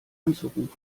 anzurufen